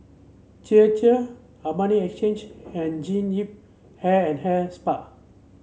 Chir Chir Armani Exchange and Jean Yip Hair and Hair Spa